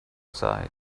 side